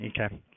Okay